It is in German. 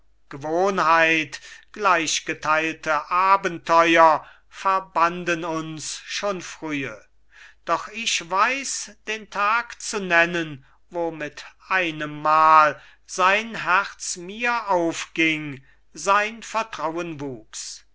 gewohnheit gleichgeteilte abenteuer verbanden uns schon frühe doch ich weiß den tag zu nennen wo mit einemmal sein herz mir aufging sein vertrauen wuchs